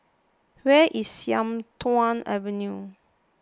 where is Sian Tuan Avenue